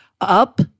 up